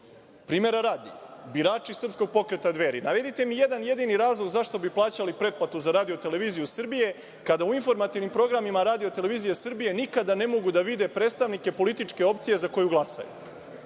program? Primera radi, birači Srpskog pokreta „Dveri“, navedite mi jedan jedini razlog zašto bi plaćali pretplatu za Radio-televiziju Srbije, kada u informativnim programima Radio-televizije Srbije nikada ne mogu da vide predstavnike političke opcije za koju glasaju,